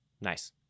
Nice